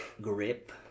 Grip